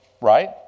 Right